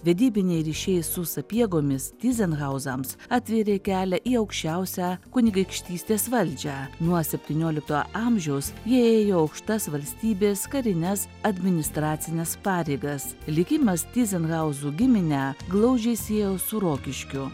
vedybiniai ryšiai su sapiegomis tyzenhauzams atvėrė kelią į aukščiausią kunigaikštystės valdžią nuo septyniolikto amžiaus jie ėjo aukštas valstybės karines administracines pareigas likimas tyzenhauzų giminę glaudžiai siejo su rokiškiu